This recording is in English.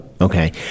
okay